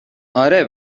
اره